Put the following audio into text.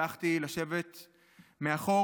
הלכתי לשבת מאחור,